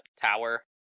tower